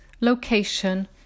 location